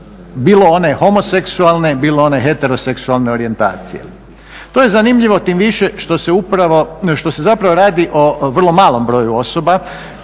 bilo one homoseksualne, bilo one heteroseksualne orijentacije. To je zanimljivo tim više što se zapravo radi o vrlo malo broju osoba,